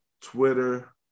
Twitter